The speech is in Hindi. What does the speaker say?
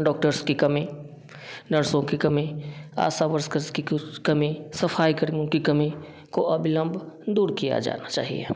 डॉक्टर्स की कमी नर्सों की कमी आशा वर्कर्स की कुछ कमी सफाई कर्मियों की कमी को अभिलंब दूर किया जाना चाहिए